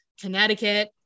Connecticut